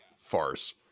farce